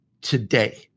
today